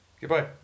Goodbye